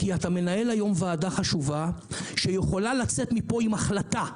כי אתה מנהל היום ועדה חשובה שיכולה לצאת מפה עם החלטה.